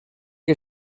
que